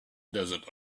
desert